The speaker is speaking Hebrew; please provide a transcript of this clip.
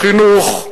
בחינוך,